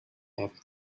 have